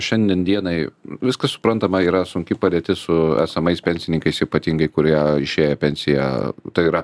šiandien dienai viskas suprantama yra sunki padėtis su esamais pensininkais ypatingai kurie išėjo į pensiją tai yra